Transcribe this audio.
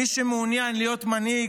מי שמעוניין להיות מנהיג,